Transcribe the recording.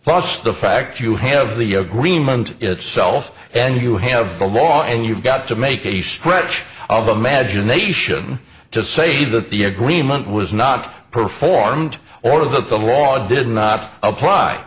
plus the fact you have the agreement itself and you have the law and you've got to make a stretch of imagination to say that the agreement was not performed or that the law did not apply